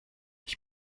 ich